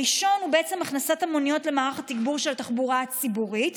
הראשון הוא בעצם הכנסת המוניות למערך התגבור של התחבורה הציבורית,